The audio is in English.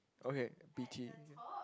okay B_T